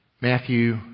Matthew